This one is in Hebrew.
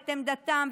את עמדתם,